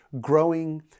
growing